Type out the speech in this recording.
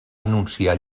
anunciar